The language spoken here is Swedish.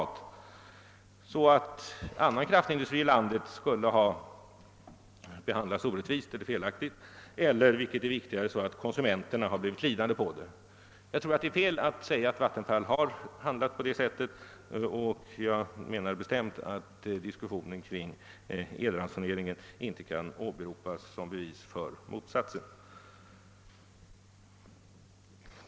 Jag tror inte att någon kan göra gällande att Vattenfall har medfört att annan kraftindustri i landet behandlats orättvist eller oriktigt eller, vilket är viktigare, att konsumenterna blivit lidande av Vattenfalls starka ställning. Jag menar bestämt att diskussionerna kring elransoneringen inte kan åberopas som bevis härför.